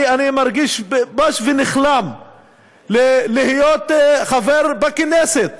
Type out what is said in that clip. אני מרגיש בוש ונכלם להיות חבר בכנסת